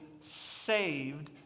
saved